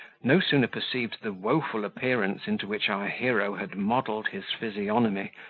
no sooner perceived the woeful appearance into which our hero had modelled his physiognomy,